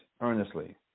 earnestly